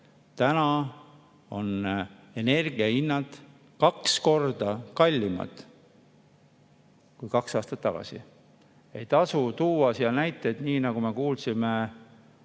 see, et energiahinnad on kaks korda kallimad kui kaks aastat tagasi. Ei tasu tuua siin näiteid, nii nagu me kuulsime